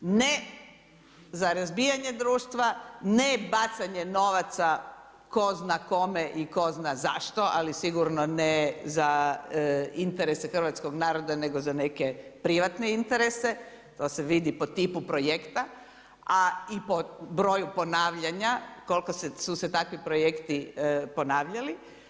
Ne za razbijanje društva, ne bacanje novaca tko zna kome i tko za zašto, ali sigurno ne za interese hrvatskog naroda, nego za neke privatne interese, to se vidi po tipu projekta, a i po broju ponavljanja, koliko su se takvi projekti ponavljali.